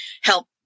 help